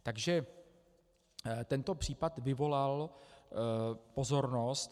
Takže tento případ vyvolal pozornost.